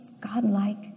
God-like